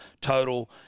Total